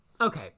Okay